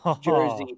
jersey